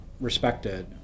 respected